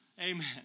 Amen